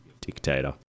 dictator